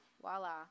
Voila